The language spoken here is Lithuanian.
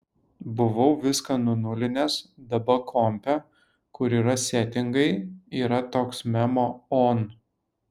buvau viską nunulinęs daba kompe kur yra setingai yra toks memo on